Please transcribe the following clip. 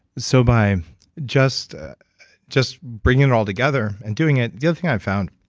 so by just just bringing it all together and doing it. the other thing i've found,